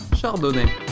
chardonnay